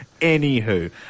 Anywho